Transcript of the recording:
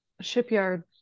shipyard